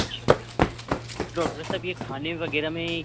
اچھا ڈاکٹر صاحب یہ کھانے وغیرہ میں